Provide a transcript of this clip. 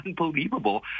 unbelievable